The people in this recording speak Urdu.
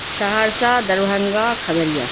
سہرسہ دربھنگہ کھگڑیا